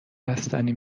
بستنی